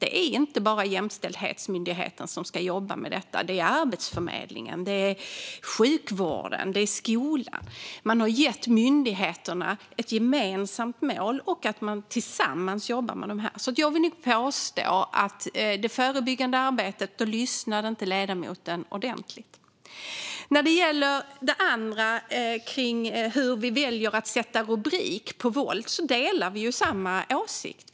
Det är inte bara Jämställdhetsmyndigheten som ska jobba med detta utan även Arbetsförmedlingen, sjukvården och skolan. Man har gett myndigheterna ett gemensamt mål för att de tillsammans ska jobba med detta. Så jag vill påstå att ledamoten inte lyssnade ordentligt när det gäller det förebyggande arbetet. När det gäller det andra, hur vi väljer att sätta rubrik på våld, har vi samma åsikt.